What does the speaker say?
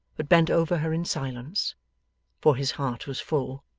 but bent over her in silence for his heart was full.